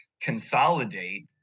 consolidate